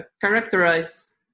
characterize